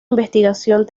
investigación